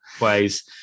ways